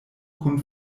kun